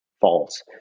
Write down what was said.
false